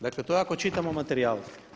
Dakle to je ako čitamo materijale.